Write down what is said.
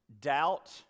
Doubt